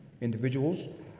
individuals